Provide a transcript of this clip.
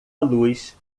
luz